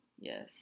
Yes